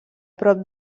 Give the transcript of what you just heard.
prop